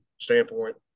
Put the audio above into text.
standpoint